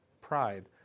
pride